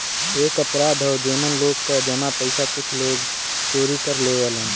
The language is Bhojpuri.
एक अपराध हौ जेमन लोग क जमा पइसा कुछ लोग चोरी कर लेवलन